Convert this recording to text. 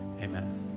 amen